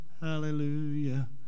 Hallelujah